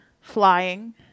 flying